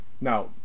now